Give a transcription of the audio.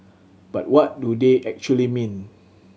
but what do they actually mean